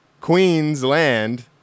Queensland